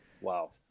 Wow